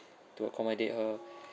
to accomodate her